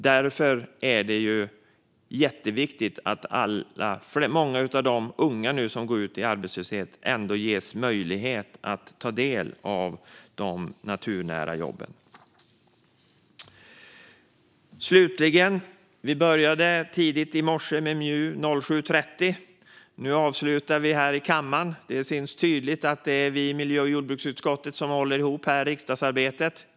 Därför är det jätteviktigt att många av de unga som nu går ut i arbetslöshet ges möjlighet att ta del av de naturnära jobben. Vi i MJU började tidigt i morse, vid 07.30, och nu avslutar vi kvällen här i kammaren. Det märks tydligt att det är vi i miljö och jordbruksutskottet som håller ihop riksdagsarbetet!